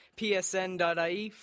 psn.ie